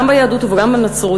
גם ביהדות וגם בנצרות,